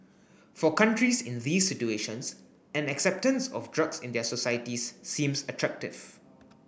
for countries in these situations an acceptance of drugs in their societies seems attractive